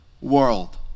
world